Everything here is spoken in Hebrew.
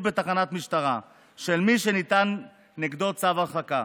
בתחנת משטרה של מי שניתן נגדו צו הרחקה.